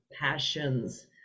passions